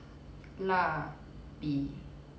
蜡笔